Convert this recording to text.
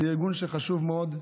זה ארגון חשוב מאוד,